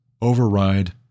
override